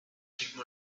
ritmo